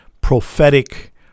prophetic